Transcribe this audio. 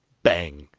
bang!